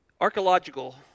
Archaeological